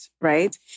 right